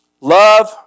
Love